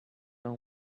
have